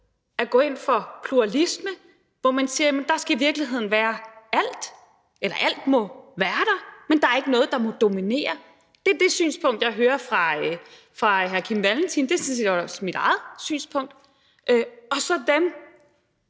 at gå ind for pluralisme, hvor man siger, at alt må være der, men at der ikke er noget, der må dominere. Det er det synspunkt, jeg hører fra hr. Kim Valentin, og det er sådan set også mit eget synspunkt. Og så er